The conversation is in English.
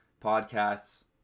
podcasts